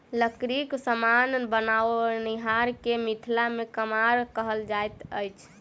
लकड़ीक समान बनओनिहार के मिथिला मे कमार कहल जाइत अछि